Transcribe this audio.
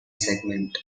segment